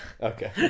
Okay